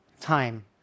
time